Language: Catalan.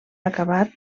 acabat